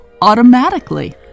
automatically